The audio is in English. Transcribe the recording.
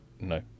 No